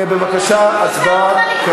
ההצעה להעביר את